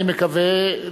אני מקווה,